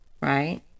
right